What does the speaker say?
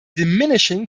diminishing